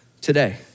today